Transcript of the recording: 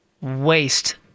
waste